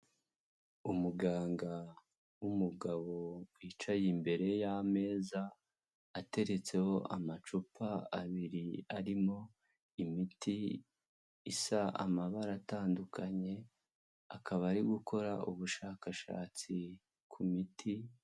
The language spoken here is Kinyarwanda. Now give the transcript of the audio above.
Umuganga w'umugabo wicaye imbere y'ameza, ateretseho amacupa abiri arimo imiti isa amabara atandukanye, akaba ari gukora ubushakashatsi ku miti.